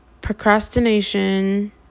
procrastination